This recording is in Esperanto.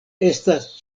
estas